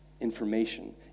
Information